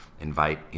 invite